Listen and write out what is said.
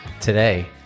today